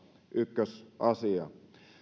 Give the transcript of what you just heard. ykkösasia täällä